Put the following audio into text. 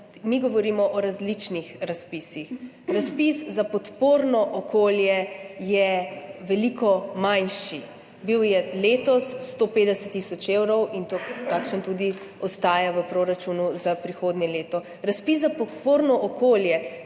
mi govorimo o različnih razpisih. Razpis za podporno okolje je veliko manjši. Bil je letos 150 tisoč evrov in takšen tudi ostaja v proračunu za prihodnje leto. Razpis za podporno okolje